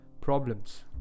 problems